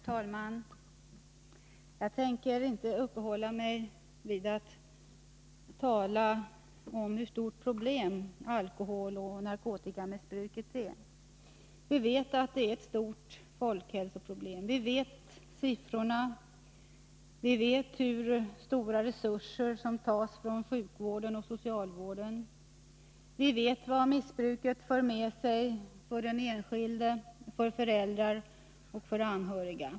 Herr talman! Jag tänker inte uppehålla mig vid att tala om hur stort problem alkoholoch narkotikamissbruket är. Vi vet att det är ett stort folkhälsoproblem. Vi känner till siffrorna, och vi vet hur stora resurser som tas från sjukvården och socialvården. Vi vet vad missbruket för med sig för den enskilde, för föräldrar och för anhöriga.